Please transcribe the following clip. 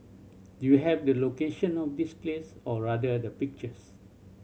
do you have the location of this place or rather the pictures